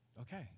Okay